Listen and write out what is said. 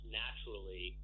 naturally